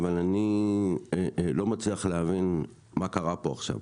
אבל אני לא מצליח להבין מה קרה פה עכשיו.